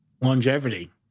longevity